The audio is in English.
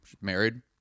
Married